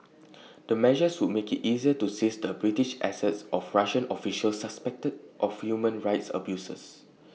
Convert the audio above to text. the measures would make IT easier to seize the British assets of Russian officials suspected of human rights abuses